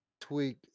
tweak